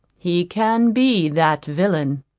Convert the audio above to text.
he can be that villain.